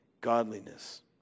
godliness